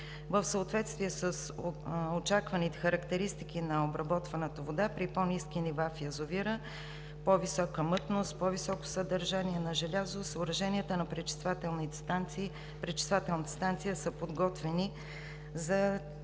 В съответствие с очакваните характеристики на обработваната вода при по-ниски нива в язовира, по-висока мътност, по-високо съдържание на желязо, съоръженията на пречиствателната станция са подготвени за тези